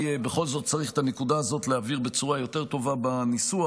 בכל זאת צריך להבהיר את הנקודה הזאת בצורה יותר טובה בניסוח.